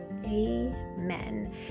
amen